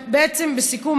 בסיכום,